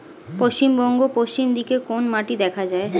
পশ্চিমবঙ্গ পশ্চিম দিকে কোন মাটি দেখা যায়?